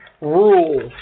Rules